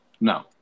No